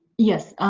yes,